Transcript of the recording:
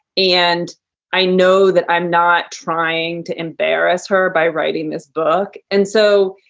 and i know that i'm not trying to embarrass her by writing this book. and so,